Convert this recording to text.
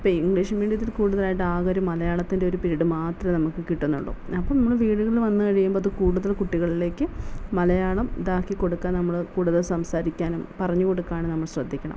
ഇപ്പം ഇംഗ്ലീഷ് മീഡിയത്തിൽ കൂടുതലായിട്ട് ആകൊരു മലയാളത്തിൻ്റെ പീരീഡ് മാത്രമേ നമുക്ക് കിട്ടുന്നുള്ളു അപ്പം നമ്മൾ വീടുകളിൽ വന്ന് കഴിയുമ്പത് കൂടുതൽ കുട്ടികളിലേക്ക് മലയാളം ഇതാക്കി കൊടുക്കാൻ നമ്മൾ കൂടുതൽ സംസാരിക്കാനും പറഞ്ഞ് കൊടുക്കാനും നമ്മൾ ശ്രദ്ധിക്കണം